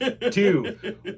two